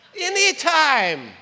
Anytime